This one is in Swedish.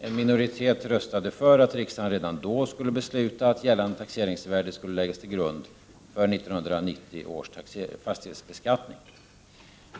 En minoritet röstade för att riksdagen redan då skulle besluta om att gällande taxeringsvärde skulle läggas till grund för 1990 års fastighetsbeskattning.